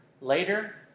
later